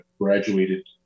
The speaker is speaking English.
graduated